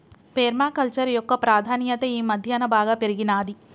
పేర్మ culture యొక్క ప్రాధాన్యత ఈ మధ్యన బాగా పెరిగినాది